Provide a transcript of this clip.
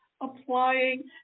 applying